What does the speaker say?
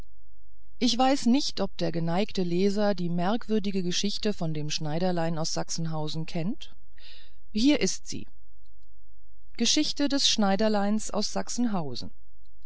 ich weiß nicht ob der geneigte leser die merkwürdige geschichte von dem schneiderlein aus sachsenhausen kennt hier ist sie geschichte des schneiderleins aus sachsenhausen